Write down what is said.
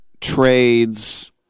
trades